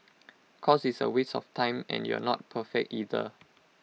cause it's A waste of time and you're not perfect either